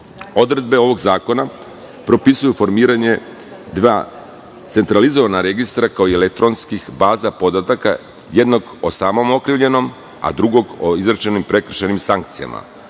izrekao. Odredbe ovog zakona propisuju formiranje dva centralizovana registra kao i elektronskih baza podataka, jednog o samom okrivljenom, a drugog o izrečenim prekršajnim sankcijama.